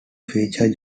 feature